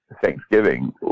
Thanksgiving